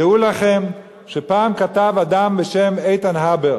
דעו לכם שפעם כתב אדם בשם איתן הבר